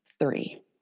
Three